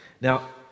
Now